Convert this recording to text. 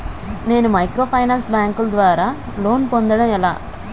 నేను మైక్రోఫైనాన్స్ బ్యాంకుల ద్వారా లోన్ పొందడం ఎలా?